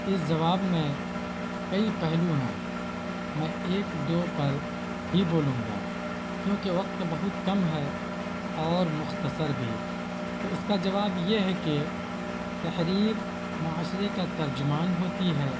اس جواب میں کئی پہلو ہیں میں ایک دو پر ہی بولوں گا کیونکہ وقت بہت کم ہے اور مختصر بھی تو اس کا جواب یہ ہے کہ تحریر معاشرے کا ترجمان ہوتی ہے